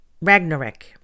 Ragnarok